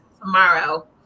tomorrow